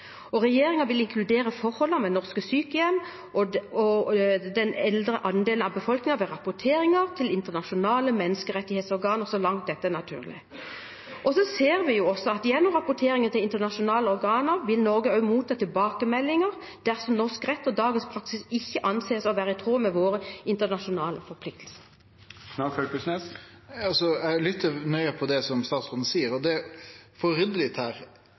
vil inkludere forholdene ved norske sykehjem og den eldre andelen av befolkningen ved rapporteringer til internasjonale menneskerettighetsorganer så langt dette er naturlig. Vi ser også at gjennom rapporteringen til internasjonale organer vil Norge motta tilbakemeldinger dersom norsk rett og dagens praksis ikke anses å være i tråd med våre internasjonale forpliktelser. Eg lyttar nøye på det statsråden seier, men for å rydde litt her: